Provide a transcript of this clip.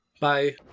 bye